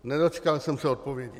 Nedočkal jsem se odpovědi.